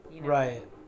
Right